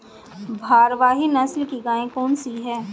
भारवाही नस्ल की गायें कौन सी हैं?